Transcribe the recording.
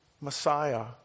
Messiah